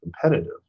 competitive